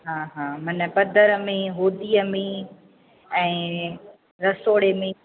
हा हा माना पधर में होदीअ में ऐं रसोड़े में